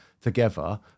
together